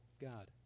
God